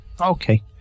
Okay